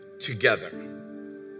together